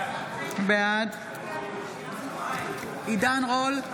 בעד עידן רול,